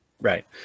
Right